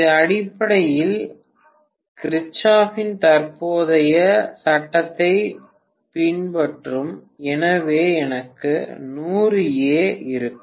இது அடிப்படையில் கிர்ச்சோப்பின் தற்போதைய சட்டத்தைப் பின்பற்றும் எனவே எனக்கு 100 ஏ இருக்கும்